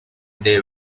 they